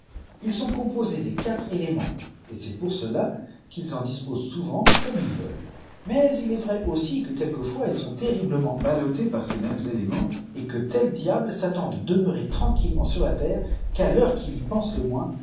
ils sont composés nés quatre éléments et c'est pouç cela qu'ils en disposent souvent comme ils veulent mais il est vrai aussi que quelquefois ils sont terriblement ballottés par ces mêmes éléments et que tel diable s'attend de demeurer tranquillement sur la terre qu'à l'heure ju'il y pense le moins